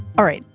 all right.